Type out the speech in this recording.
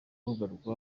urubuga